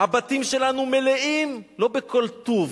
הבתים שלנו מלאים, לא בכל טוב,